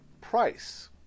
price